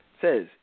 says